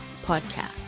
podcast